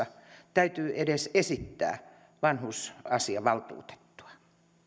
täytyy edes esittää vanhus asiavaltuutettua